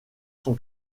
son